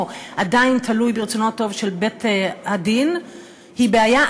עדיין תלוי ברצונו הטוב של בית-הדין היא בעיה.